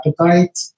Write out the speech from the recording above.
appetite